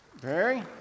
Barry